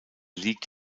liegt